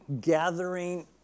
gathering